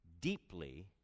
deeply